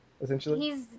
Essentially